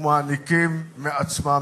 ומעניקים מעצמם